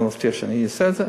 אני לא מבטיח שאני אעשה את זה,